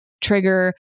trigger